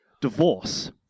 divorce